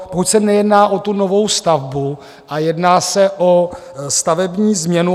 Pokud se nejedná o novou stavbu, ale jedná se o stavební změnu...